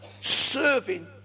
serving